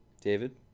David